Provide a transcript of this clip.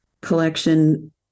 collection